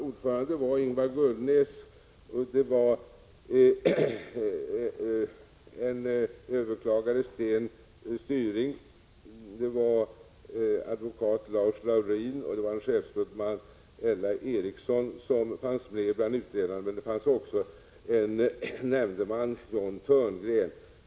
Ordförande var Ingvar Gullnäs och bland ledamöterna fanns länsåklagare Sten Styring, advokat Lars Laurin, chefsrådman Ella Ericsson Köhler och nämndeman John Thörngren.